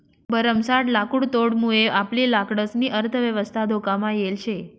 भरमसाठ लाकुडतोडमुये आपली लाकडंसनी अर्थयवस्था धोकामा येल शे